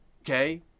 Okay